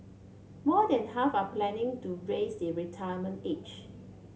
more than half are planning to raise the retirement age